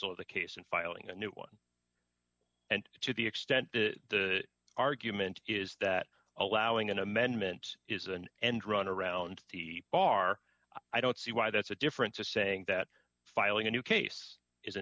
of the case and filing a new one and to the extent the argument is that allowing an amendment is an end run around the bar i don't see why that's a different to saying that filing a new case is